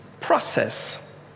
process